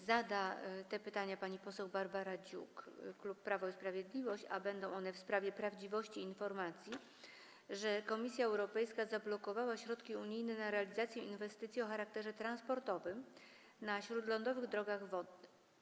Zada to pytanie pani poseł Barbara Dziuk, klub Prawo i Sprawiedliwość, a będzie ono w sprawie prawdziwości informacji, że Komisja Europejska zablokowała środki unijne na realizację inwestycji o charakterze transportowym na śródlądowych drogach wodnych.